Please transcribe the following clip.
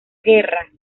guerra